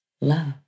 love